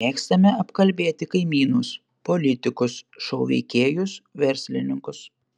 mėgstame apkalbėti kaimynus politikus šou veikėjus verslininkus